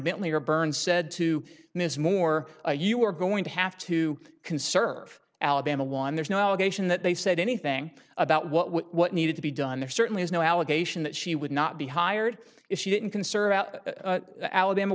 bentley or burns said to ms moore you were going to have to conserve alabama one there's no allegation that they said anything about what needed to be done there certainly is no allegation that she would not be hired if she didn't concern a